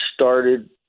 started